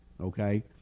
okay